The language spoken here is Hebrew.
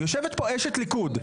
יושבת פה אשת ליכוד,